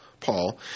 Paul